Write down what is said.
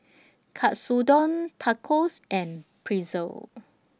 Katsudon Tacos and Pretzel